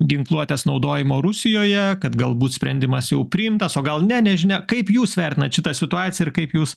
ginkluotės naudojimo rusijoje kad galbūt sprendimas jau priimtas o gal ne nežinia kaip jūs vertinat šitą situaciją ir kaip jūs